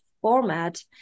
format